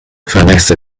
vanessa